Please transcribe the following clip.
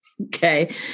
Okay